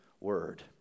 word